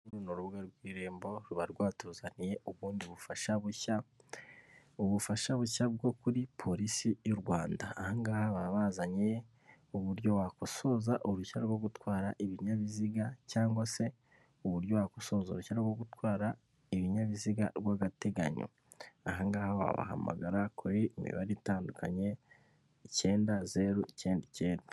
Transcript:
Uru ni urubuga rw'irembo ruba rwatuzaniye ubundi bufasha bushya, ubufasha bushya bwo kuri polisi y'u Rwanda, aha ngaha baba bazanye uburyo wakosoza uruhushya rwo gutwara ibinyabiziga cyangwa se uburyo wakosoza uruhushya rwo gutwara ibinyabiziga rw'agateganyo, aha ngaha wabahamagara kuri imibare itandukanye icyenda zeru icyenda icyenda.